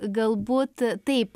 gal būt taip